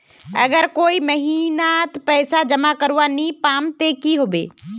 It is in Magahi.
अगर कोई डा महीनात पैसा जमा करवा नी पाम ते की होबे?